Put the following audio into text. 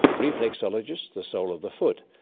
reflexologists the sole of the foot,